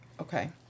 Okay